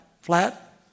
Flat